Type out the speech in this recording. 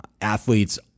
athletes